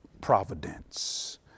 providence